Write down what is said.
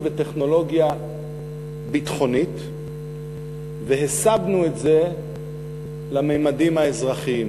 וטכנולוגיה ביטחונית והסבנו את זה לממדים האזרחיים.